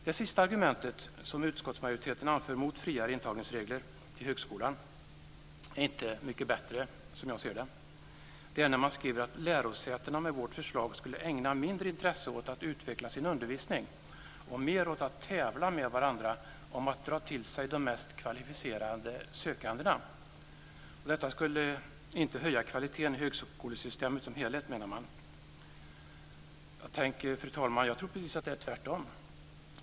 Det sista argumentet som utskottsmajoriteten anför mot friare regler för intagning till högskolan är inte mycket bättre, som jag ser det. Man skriver att lärosätena med vårt förslag skulle ägna mindre intresse åt att utveckla sin undervisning och mer åt att tävla med varandra om att dra till sig de mest kvalificerade sökandena. Detta skulle inte höja kvaliteten i högskolesystemet som helhet, menar man. Tänk, fru talman, jag tror att det är precis tvärtom!